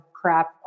crap